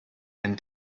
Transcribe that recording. and